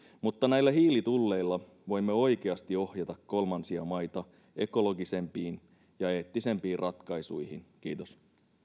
mutta näillä hiilitulleilla voimme oikeasti ohjata kolmansia maita ekologisempiin ja eettisempiin ratkaisuihin kiitos